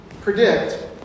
predict